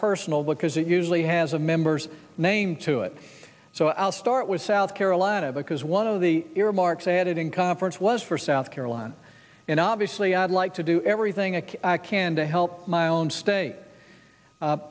personal because it usually has a member's name to it so i'll start with south carolina because one of the earmarks added in conference was for south carolina and obviously i'd like to do everything i can to help my own state